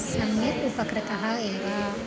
सम्यक् उपकृतः एव